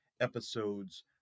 episodes